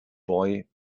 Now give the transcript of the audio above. boy